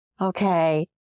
okay